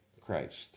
Christ